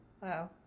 Wow